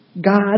God